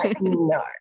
no